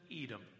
Edom